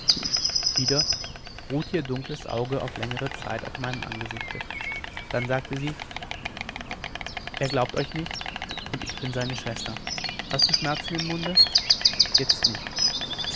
wieder ruhte ihr dunkles auge längere zeit auf meinem angesichte dann sagte sie er glaubt euch nicht und ich bin seine schwester hast du schmerzen im munde jetzt nicht